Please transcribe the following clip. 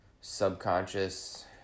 subconscious